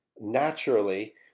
naturally